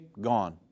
gone